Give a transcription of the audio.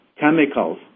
chemicals